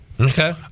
Okay